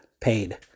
paid